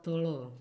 ତଳ